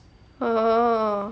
orh